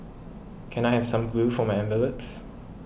can I have some glue for my envelopes